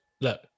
Look